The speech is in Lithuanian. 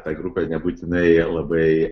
ta grupė nebūtinai labai